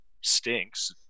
stinks